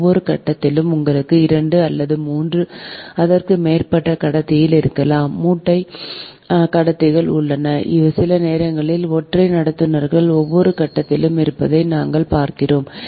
ஒவ்வொரு கட்டத்திலும் உங்களுக்கு 2 அல்லது 3 அல்லது அதற்கு மேற்பட்ட கடத்திகள் இருக்கலாம் மூட்டை கடத்திகள் உள்ளன சில நேரங்களில் ஒற்றை நடத்துனர்கள் ஒவ்வொரு கட்டத்திலும் இருப்பதை நாங்கள் பார்த்தோம்